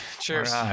cheers